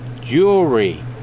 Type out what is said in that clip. jewelry